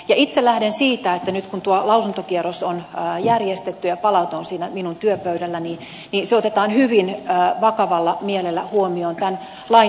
itse lähden siitä että nyt kun tuo lausuntokierros on järjestetty ja palaute on minun työpöydälläni niin se otetaan hyvin vakavalla mielellä huomioon tämän lain jatkovalmistelussa